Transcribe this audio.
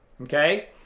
Okay